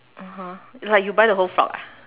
(uh huh) like you buy the whole frog ah